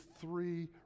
three